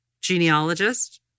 genealogist